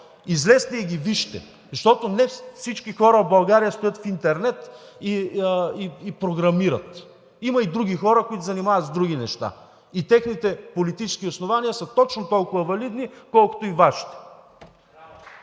излезте и ги вижте, защото не всички хора в България стоят в интернет и програмират. Има и други хора, които се занимават с други неща. Техните политически основания са точно толкова валидни, колкото и Вашите.